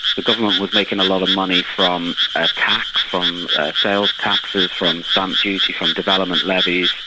the government was making a lot of money from ah tax, from sales taxes, from stamp duty, from development levies,